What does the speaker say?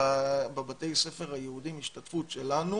בבתי הספר היהודיים, השתתפות שלנו